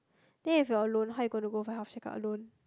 then if you are alone how are you going to go for health checkup alone